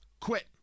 quit